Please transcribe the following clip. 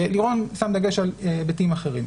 ולירון שם דגש על היבטים אחרים.